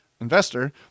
investor